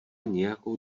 nějakou